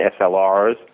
SLRs